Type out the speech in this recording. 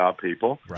people